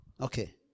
Okay